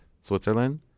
Switzerland